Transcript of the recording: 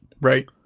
Right